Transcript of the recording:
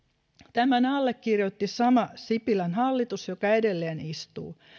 tämän allekirjoitti sama sipilän hallitus joka edelleen istuu